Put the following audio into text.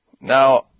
Now